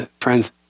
Friends